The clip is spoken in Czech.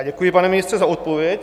Děkuji, pane ministře, za odpověď.